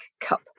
cup